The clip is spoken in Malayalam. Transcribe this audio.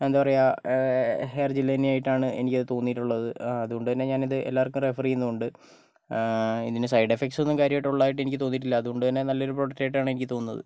എന്താ പറയുക ഹെയർ ജെല്ലായിട്ടാണ് എനിക്ക് അത് തോന്നിട്ടുള്ളത് അതുകൊണ്ട് തന്നെ ഞാൻ ഇത് എല്ലാർക്കും റെഫർ ചെയ്യുന്നുമുണ്ട് ഇതിന് സൈഡ് എഫക്ട് ഒന്നും കാര്യമായിട്ട് ഉള്ളതായിട്ട് എനിക്ക് തോന്നിട്ടില്ല അത് കൊണ്ട്തന്നെ നല്ല പ്രോഡക്റ്റായിട്ടാണ് എനിക്ക് തോന്നുന്നത്